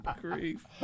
grief